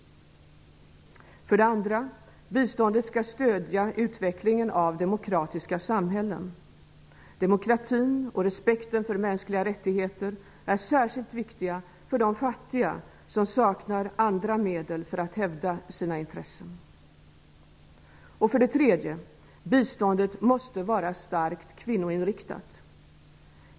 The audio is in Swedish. Biståndet skall stödja utvecklingen av demokratiska samhällen. Demokratin och respekten för mänskliga rättigheter är särskilt viktiga för de fattiga som saknar andra medel för att hävda sina intressen. --Biståndet måste vara starkt kvinnoinriktat.